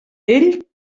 ell